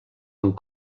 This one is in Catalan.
amb